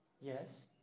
Yes